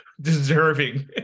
deserving